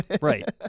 Right